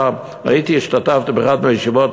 השתתפתי באחת הישיבות,